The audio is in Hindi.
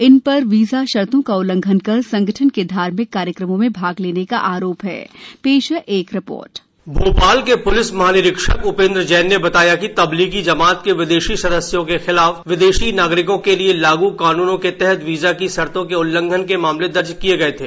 इन पर वीसा शर्तों का उल्लंघन कर संगठन के धार्मिक कार्यक्रमों में भाग लेने का आरोप है भोपाल के प्लिस महानिरीक्षक उपेंद्र जैन ने बताया कि तब्लीगी जमात के विदेशी सदस्यों के खिलाफ विदेशी नागरिकों के लिए लागू कानूनों के तहत वीजा की शर्तों के उल्लंघन के मामले दर्ज किए गए थे